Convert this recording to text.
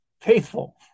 faithful